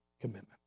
commitment